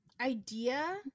idea